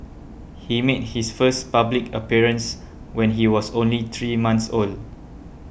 he made his first public appearance when he was only three month old